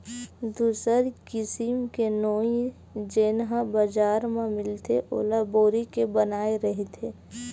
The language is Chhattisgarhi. दूसर किसिम के नोई जेन ह बजार म मिलथे ओला बोरी के बनाये रहिथे